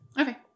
Okay